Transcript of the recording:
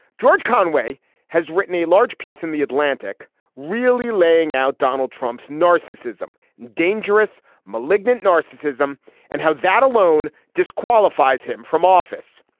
george conway has written a large piece in the atlantic really laying out donald trump's narcissism dangerous malignant narcissism and how that alone disqualifies him from office.